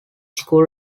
school